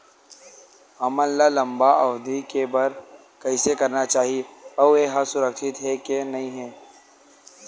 हमन ला लंबा अवधि के बर कइसे करना चाही अउ ये हा सुरक्षित हे के नई हे?